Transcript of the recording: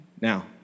Now